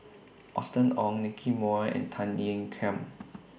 Austen Ong Nicky Moey and Tan Ean Kiam